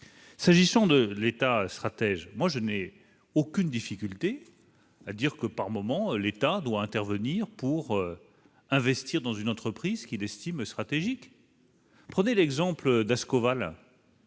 S'agissant de l'État stratège, je n'ai aucune difficulté à reconnaître que l'État doit intervenir par moments et investir dans une entreprise qu'il estime stratégique. Prenez l'exemple d'Ascoval.